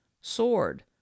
sword